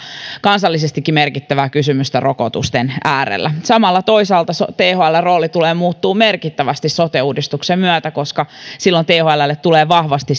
kansallisestikin merkittävää kysymystä rokotusten äärellä samalla toisaalta thln rooli tulee muuttumaan merkittävästi sote uudistuksen myötä koska silloin thllle tulee vahvasti